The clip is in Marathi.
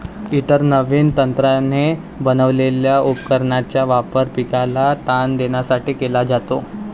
इतर नवीन तंत्राने बनवलेल्या उपकरणांचा वापर पिकाला ताण देण्यासाठी केला जातो